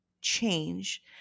change